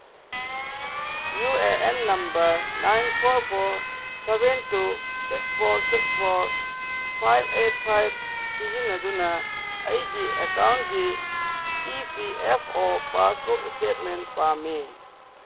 U A N number nine four four seven two six four six four five eight five ꯁꯤꯖꯤꯟꯅꯗꯨꯅ ꯑꯩꯒꯤ ꯑꯦꯀꯥꯎꯟꯒꯤ E P F O passbook statement ꯄꯥꯝꯃꯤ